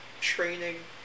training